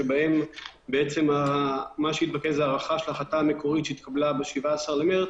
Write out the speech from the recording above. שבהן מה שהתבקש זה הארכה של ההחלטה המקורית שהתקבלה ב-17 במרץ,